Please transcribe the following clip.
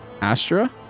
Astra